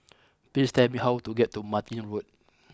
please tell me how to get to Martin Road